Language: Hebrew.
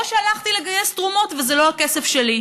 או שהלכתי לגייס תרומות וזה לא הכסף שלי,